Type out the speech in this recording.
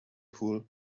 pool